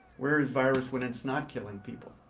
where is virus when it's not killing people?